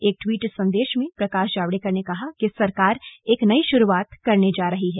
एक ट्वीट संदेश में प्रकाश जावडेकर ने कहा कि सरकार एक नई शुरूआत करने जा रही है